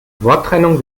worttrennung